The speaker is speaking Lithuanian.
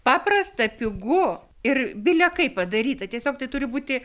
paprasta pigu ir bilekaip padaryta tiesiog tai turi būti